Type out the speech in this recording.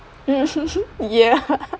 ya sure sure ya